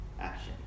action